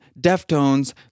Deftones